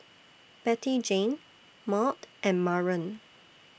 Bettyjane Maud and Maren